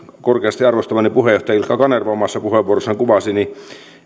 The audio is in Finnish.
korkeasti arvostamani puheenjohtaja ilkka kanerva omassa puheenvuorossaan kuvasi niin